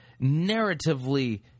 narratively